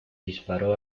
disparó